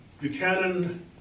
Buchanan